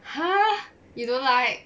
!huh! you don't like